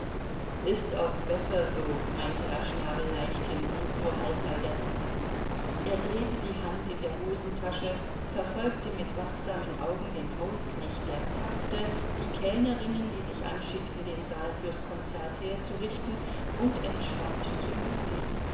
ist auch besser so meinte herr schnabel leichthin und nur halb bei der sache er drehte die hand in der hosentasche verfolgte mit wachsamen augen den hausknecht der zapfte die kellnerinnen die sich anschickten den saal fürs konzert herzurichten und entschwand zum büfett